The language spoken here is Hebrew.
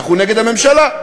אנחנו נגד הממשלה.